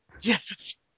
Yes